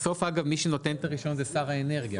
בסוף אגב מי שנותן את הרישיון זה שר האנרגיה,